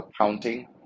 counting